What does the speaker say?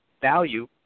value